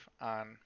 on